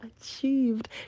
achieved